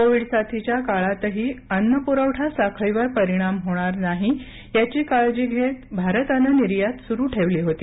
Covid साथीच्या काळातही अन्न प्रवठा साखळीवर परिणाम होणार नाही याची काळजी घेत भारतानं निर्यात सुरू ठेवली होती